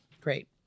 Great